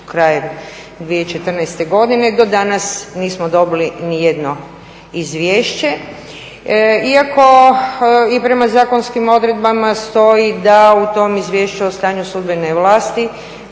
kraj 2014. godine, do danas nismo dobili nijedno izvješće. Iako i prema zakonskim odredbama stoji da u tom Izvješću o stanju sudbene vlasti